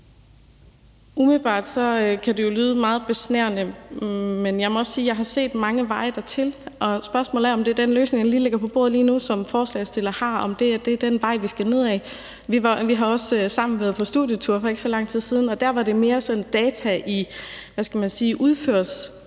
Umiddelbart kan det jo lyde meget besnærende, men jeg må også sige, at jeg har set mange veje dertil, og spørgsmålet er, om det er den løsning, der lige ligger på bordet nu fra forslagsstillernes side, vi skal gå hen imod. Vi har været på studietur sammen for ikke så lang tid siden, og for dem, vi var henne at besøge,